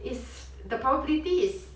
is the probability is